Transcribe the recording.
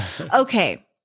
Okay